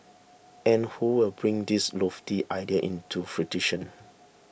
and who will bring these lofty ideas into fruition